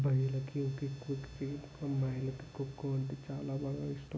అబ్బాయిలకి ఎక్కువ క్రికెట్ అమ్మాయిలకి ఖోఖో అంటే చాలా బాగా ఇష్టం